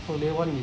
oh layer one is